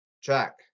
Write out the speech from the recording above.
Check